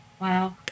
Wow